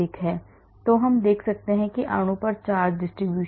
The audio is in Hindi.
तो हम देख सकते हैं अणु पर charge distribution